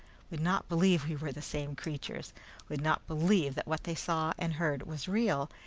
would not believe we were the same creatures would not believe that what they saw and heard was real,